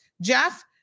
Jeff